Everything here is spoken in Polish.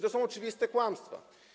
to są oczywiste kłamstwa.